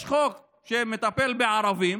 יש חוק שמטפל בערבים